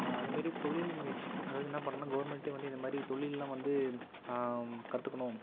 அதை மாரி தொழில் முயற்சி அதாவது என்ன பண்ணும்னா கவர்மெண்ட்டே வந்து இந்த மாதிரி தொழில்லாம் வந்து கற்றுக்கணும்